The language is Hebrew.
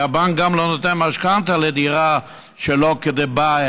הרי הבנק גם לא נותן משכנתה לדירה שלא כדבעי,